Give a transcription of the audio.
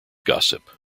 gossip